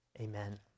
amen